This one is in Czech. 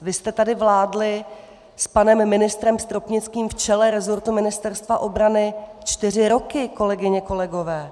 Vy jste tady vládli s panem ministrem Stropnickým v čele rezortu Ministerstva obrany čtyři roky, kolegyně a kolegové.